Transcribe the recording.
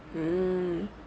mmhmm